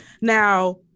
Now